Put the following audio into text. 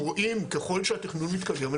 אנחנו רואים ככל שהתכנון מתקדם,